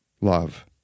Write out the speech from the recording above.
love